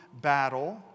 battle